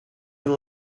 only